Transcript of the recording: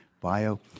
bio